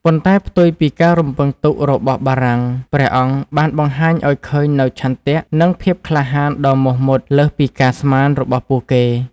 ប៉ុន្តែផ្ទុយពីការរំពឹងទុករបស់បារាំង ព្រះអង្គបានបង្ហាញឱ្យឃើញនូវឆន្ទៈ និងភាពក្លាហានដ៏មោះមុត លើសពីការស្មានរបស់ពួកគេ។